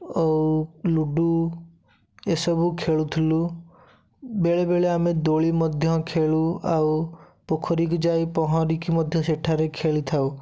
ଆଉ ଲୁଡ଼ୁ ଏସବୁ ଖେଳୁଥିଲୁ ବେଳେବେଳେ ଆମେ ଦୋଳି ମଧ୍ୟ ଖେଳୁ ଆଉ ପୋଖରୀକୁ ଯାଇ ପହଁରିକି ମଧ୍ୟ ସେଠାରେ ଖେଳିଥାଉ